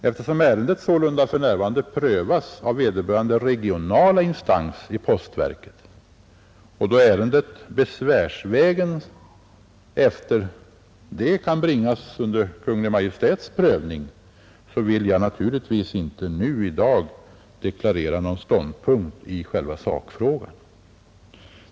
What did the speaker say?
Eftersom ärendet således för närvarande prövas av vederbörande regionala instans i postverket och då ärendet besvärsvägen sedermera kan bringas under Kungl. Maj:ts prövning vill jag naturligtvis inte nu deklarera någon ståndpunkt i själva sakfrågan.